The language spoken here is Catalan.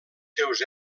seus